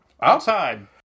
outside